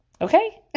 Okay